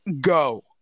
go